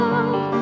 Love